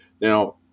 Now